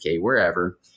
wherever